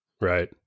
Right